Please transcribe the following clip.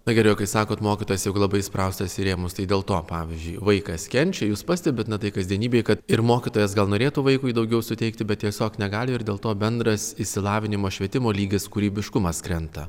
na gerai o kai sakot mokytojas jeigu labai įspraustas į rėmus tai dėl to pavyzdžiui vaikas kenčia jūs pastebit na tai kasdienybėj kad ir mokytojas gal norėtų vaikui daugiau suteikti bet tiesiog negali ir dėl to bendras išsilavinimo švietimo lygis kūrybiškumas krenta